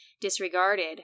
disregarded